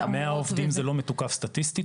--- מאה עובדים זה לא מתוקף סטטיסטית,